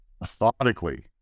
methodically